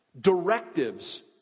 directives